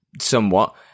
somewhat